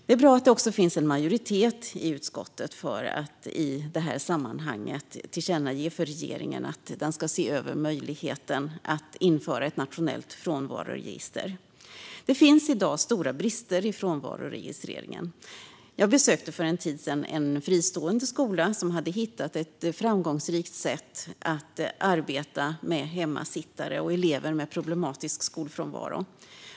Det är bra att det också finns en majoritet i utskottet för att i detta sammanhang tillkännage för regeringen att den ska se över möjligheten att införa ett nationellt frånvaroregister. Det finns i dag stora brister i frånvaroregistreringen. Jag besökte för en tid sedan en fristående skola som hade hittat ett framgångsrikt sätt att arbeta med hemmasittare och elever med problematisk skolfrånvaro.